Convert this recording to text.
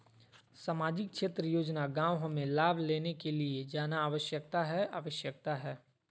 सामाजिक क्षेत्र योजना गांव हमें लाभ लेने के लिए जाना आवश्यकता है आवश्यकता है?